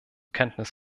kenntnis